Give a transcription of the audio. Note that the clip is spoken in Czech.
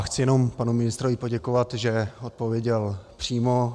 Chci jenom panu ministrovi poděkovat, že odpověděl přímo.